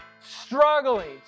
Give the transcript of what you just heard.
Struggling